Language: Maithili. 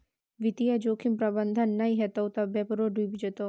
वित्तीय जोखिम प्रबंधन नहि हेतौ त बेपारे डुबि जेतौ